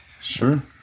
Sure